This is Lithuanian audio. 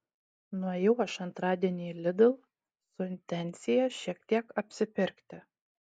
nuėjau aš antradienį į lidl su intencija šiek tiek apsipirkti